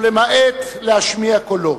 ולמעט להשמיע קולו.